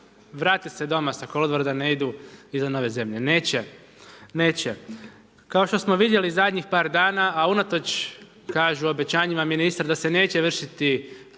vrate se doma sa kolodvora, da ne idu izvan ove zemlje. Neće, neće. Kao što smo vidjeli zadnjih par dana a unatoč kažu obećanjima ministar da se neće vršiti